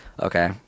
okay